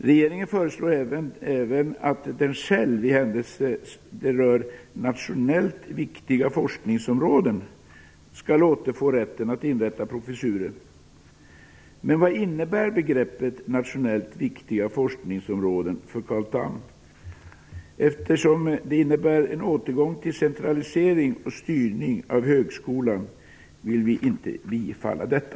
Regeringen föreslår även att den själv i händelse av att det rör "nationellt viktiga forskningsområden" skall återfå rätten att inrätta professurer. Men vad innebär begreppet "nationellt viktiga forskningsområden" för Carl Tham? Eftersom det innebär en återgång till centralisering och styrning av högskolan vill vi inte bifalla detta.